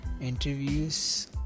interviews